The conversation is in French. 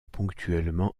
ponctuellement